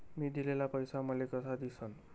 मी दिलेला पैसा मले कसा दिसन?